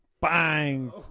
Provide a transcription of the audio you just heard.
Bang